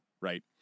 right